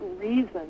reason